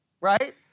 right